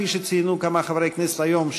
כפי שציינו כמה חברי כנסת היום,